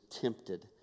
tempted